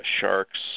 sharks